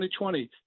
2020